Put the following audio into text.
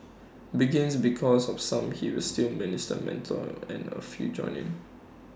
begins because of some he is still minister mentor and A few join in